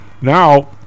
Now